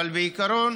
אבל בעיקרון